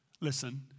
listen